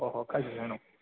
ꯍꯣꯍꯣꯏ ꯀꯥꯏ ꯆꯠꯁꯦ ꯍꯥꯏꯅꯣ